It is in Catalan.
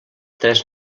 tres